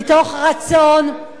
מתוך רצון,